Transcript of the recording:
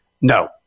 No